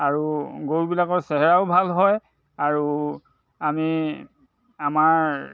আৰু গৰুবিলাকৰ চেহেৰাও ভাল হয় আৰু আমি আমাৰ